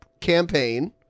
campaign